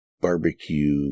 barbecue